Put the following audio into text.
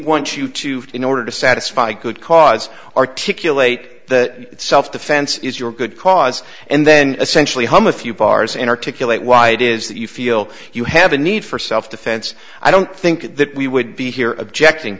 want you to in order to satisfy good cause articulate that self defense is your good cause and then essentially hum a few bars and articulate why it is that you feel you have a need for self defense i don't think that we would be here objecting